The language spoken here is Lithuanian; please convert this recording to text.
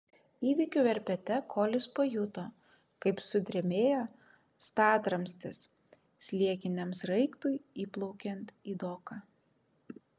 įvykių verpete kolis pajuto kaip sudrebėjo statramstis sliekiniam sraigtui įplaukiant į doką